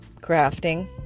crafting